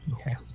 Okay